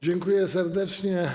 Dziękuję serdecznie.